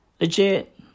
Legit